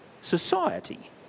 society